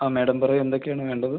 ആ മാഡം പറയൂ എന്തക്കെയാണ് വേണ്ടത്